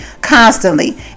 constantly